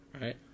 right